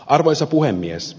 arvoisa puhemies